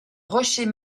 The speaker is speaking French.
rocher